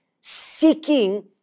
seeking